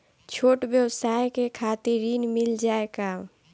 छोट ब्योसाय के खातिर ऋण मिल जाए का?